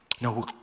No